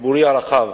הציבורי הרחב